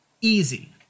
easy